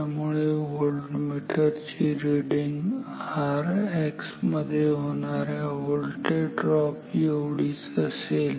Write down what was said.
त्यामुळे व्होल्टमीटर ची reading Rx मध्ये होणाऱ्या व्होल्टेज ड्रॉप एवढीच असेल